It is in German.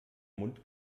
mund